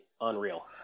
unreal